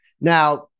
Now